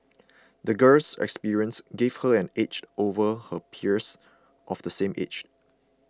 the girl's experiences gave her an edge over her peers of the same age